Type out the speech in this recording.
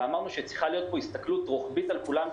ואמרנו שצריכה להיות פה הסתכלות רוחבית על כולם,